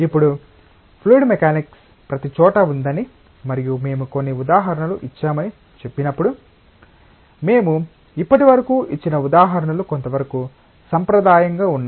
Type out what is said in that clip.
ఇప్పుడు fluid mechanics ప్రతిచోటా ఉందని మరియు మేము కొన్ని ఉదాహరణలు ఇచ్చామని చెప్పినప్పుడు మేము ఇప్పటివరకు ఇచ్చిన ఉదాహరణలు కొంతవరకు సాంప్రదాయంగా ఉన్నాయి